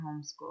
homeschool